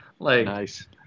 Nice